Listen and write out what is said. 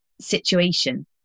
situation